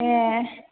ए